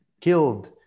killed